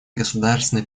государственной